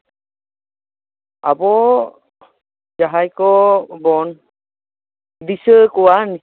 ᱟᱵᱚ ᱡᱟᱦᱟᱸᱭ ᱠᱚᱵᱚᱱ ᱫᱤᱥᱟᱹ ᱠᱚᱣᱟ